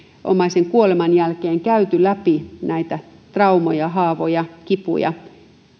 omaisen kuoleman jälkeen käyty läpi näitä traumoja haavoja kipuja